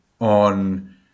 on